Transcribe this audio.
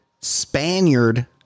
Spaniard